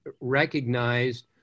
recognized